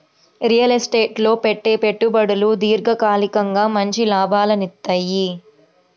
real estate లో పెట్టే పెట్టుబడులు దీర్ఘకాలికంగా మంచి లాభాలనిత్తయ్యి